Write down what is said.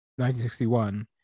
1961